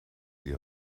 ihr